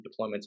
deployments